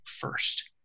first